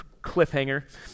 cliffhanger